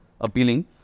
appealing